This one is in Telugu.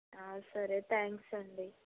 సరే థ్యాంక్స్ అండి